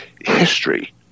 history